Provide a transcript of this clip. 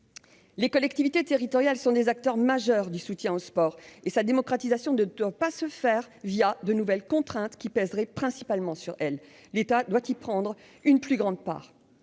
Les collectivités territoriales sont des acteurs majeurs du soutien au sport, dont la démocratisation ne doit pas s'effectuer de nouvelles contraintes qui pèseraient principalement sur ces dernières. L'État doit y prendre une plus grande part.